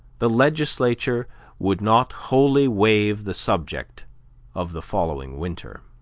the legislature would not wholly waive the subject of the following winter.